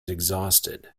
exhausted